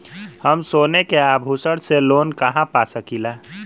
हम सोने के आभूषण से लोन कहा पा सकीला?